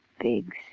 big